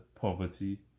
poverty